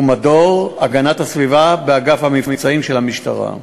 הוא מדור הגנת הסביבה באגף המבצעים של המשטרה.